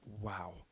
wow